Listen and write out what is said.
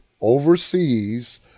overseas